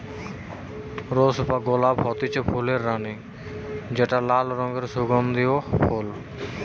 rose বা গোলাপ হতিছে ফুলের রানী যেটা লাল রঙের সুগন্ধিও ফুল